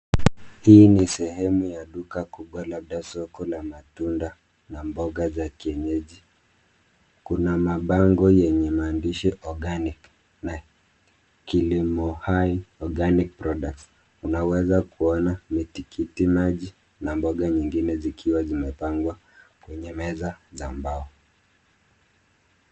Hii ni sehemu ya duka kubwa labda soko la matunda na mboga za kienyeji. Kuna mabango yenye maandishi organic na kilimo hai organic products . Unaweza kuona matikiti maji na mboga nyingine zikiwa zimepangwa kwenye meza za mbao.